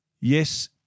yes